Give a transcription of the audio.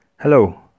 Hello